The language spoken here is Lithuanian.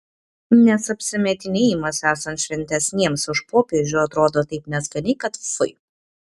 nes apsimetinėjimas esant šventesniems už popiežių atrodo taip neskaniai kad fui